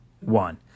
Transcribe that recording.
one